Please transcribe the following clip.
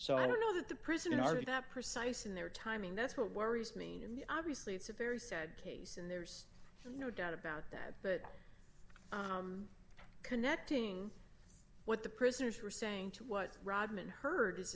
so i don't know that the president are that precise in their timing that's what worries me and obviously it's a very sad case and there's no doubt about that but connecting what the prisoners are saying to what rodman heard is